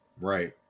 Right